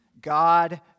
God